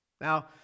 Now